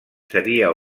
seria